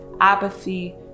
apathy